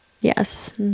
yes